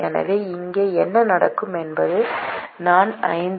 எனவே இங்கே என்ன நடக்கும் என்பது நான் 5